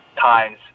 times